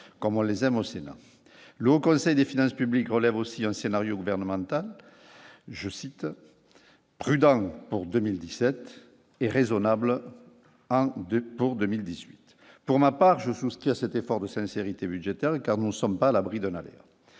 comme on les aime, au Sénat, le Haut Conseil des finances publiques relève aussi un scénario gouvernemental, je cite, prudent pour 2017 et raisonnable à 2 pour 2018, pour ma part je souscris à cet effort de sincérité budgétaire car nous sommes pas à l'abri de navire,